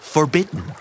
Forbidden